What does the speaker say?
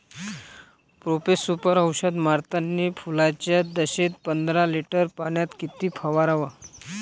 Profex Super औषध मारतानी फुलाच्या दशेत पंदरा लिटर पाण्यात किती फवाराव?